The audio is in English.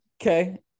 okay